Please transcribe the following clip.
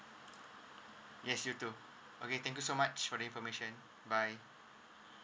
yes you too okay thank you so much for the information bye